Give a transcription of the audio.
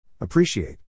Appreciate